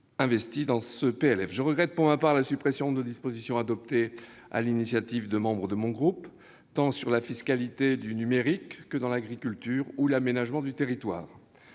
Je regrette, pour ma part, la suppression de dispositions adoptées sur l'initiative de membres de mon groupe tant sur la fiscalité du numérique qu'en ce qui concerne l'agriculture ou l'aménagement du territoire.